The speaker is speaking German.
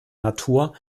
natur